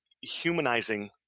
humanizing